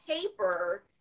paper